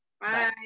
Bye